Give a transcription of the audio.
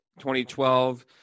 2012